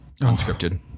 unscripted